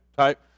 type